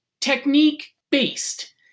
technique-based